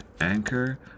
Anchor